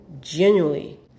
genuinely